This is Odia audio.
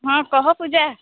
ହଁ କହ ପୂଜା